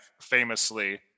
famously